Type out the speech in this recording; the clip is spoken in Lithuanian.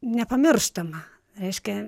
nepamirštama reiškia